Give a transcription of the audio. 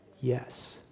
Yes